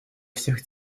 всех